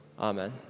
Amen